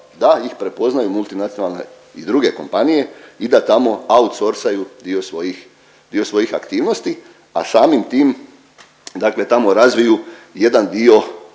da ih prepoznaju multinacionalne i druge kompanije i da tamo outsorsaju dio svojih, dio svojih aktivnosti, a samim tim dakle tamo razviju jedan dio,